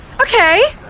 Okay